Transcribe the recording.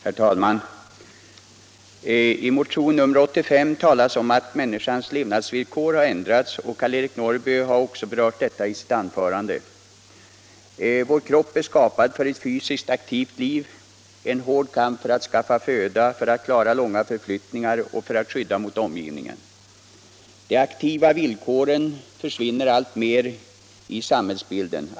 Herr talman! I motionen 85 talas det om att människans levnadsvillkor har ändrats, och herr Norrby har också berört detta i sitt anförande. Vår kropp är skapad för ett fysiskt aktivt liv, för en hård kamp för att skaffa föda, för att klara långa förflyttningar och för att skydda mot omgivningen. De aktiva villkoren försvinner alltmer i samhällsbilden.